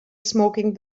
smoking